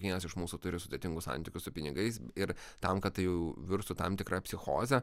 kiekvienas iš mūsų turi sudėtingus santykius su pinigais ir tam kad tai jau virstų tam tikra psichoze